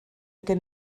gan